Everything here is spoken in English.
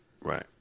Right